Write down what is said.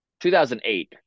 2008